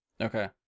Okay